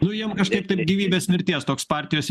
nu jiem kažkaip taip gyvybės mirties toks partijos